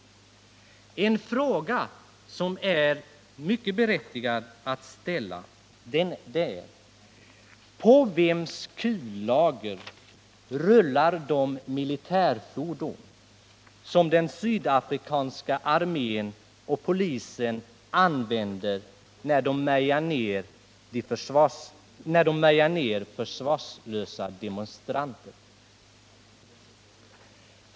En fråga som det är mycket berättigat att ställa är: På vems kullager rullar de militärfordon som den sydafrikanska armén och polisen använder när de mejar ned försvarslösa demonstranter?